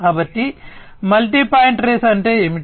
కాబట్టి multi point trace అంటే ఏమిటి